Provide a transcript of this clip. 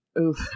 Oof